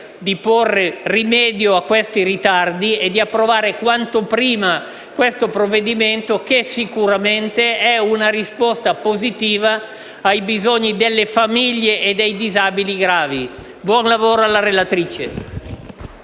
buon lavoro alla relatrice.